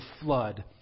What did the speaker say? flood